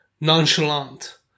nonchalant